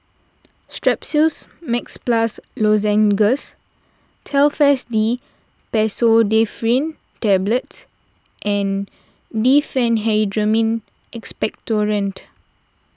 Strepsils Max Plus Lozenges Telfast D Pseudoephrine Tablets and Diphenhydramine Expectorant